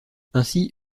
ainsi